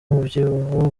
umubyibuho